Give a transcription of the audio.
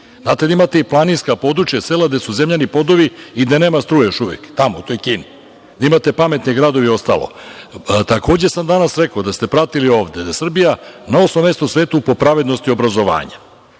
znate da imate i planinska područja, sela, gde su zemljani podovi i da nema struje još uvek, tamo u toj Kini, gde imate pametne gradove i ostalo. Takođe sam danas rekao, da ste pratili ovde, da je Srbija na osmom mestu u svetu po pravednosti obrazovanja.